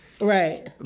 Right